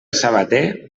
sabater